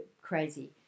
crazy